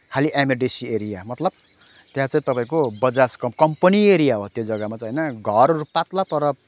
खालि MIDC area मतलब त्यहाँ चाहिँ तपाईँको बजाज कम् कम्पनी एरिया हो त्यो जग्गा चाहिँ होइन घरहरू पातला तर